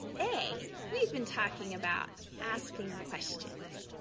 today, we've been talking about asking questions.